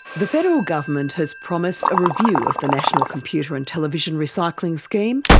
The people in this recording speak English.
the federal government has promised a review of the national computer and television recycling scheme,